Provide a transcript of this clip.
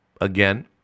Again